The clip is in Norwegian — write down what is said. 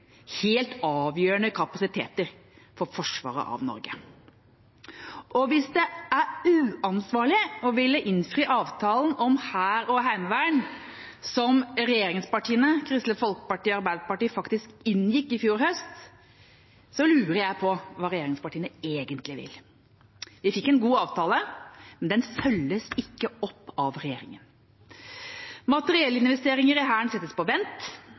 helt avgjørende kapasiteter for forsvaret av Norge. Hvis det er uansvarlig å ville innfri avtalen om hær og heimevern, som regjeringspartiene, Kristelig Folkeparti og Arbeiderpartiet faktisk inngikk i fjor høst, lurer jeg på hva regjeringspartiene egentlig vil. De fikk en god avtale, men den følges ikke opp av regjeringa. Materiellinvesteringer i Hæren settes på vent